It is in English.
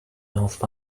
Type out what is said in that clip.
north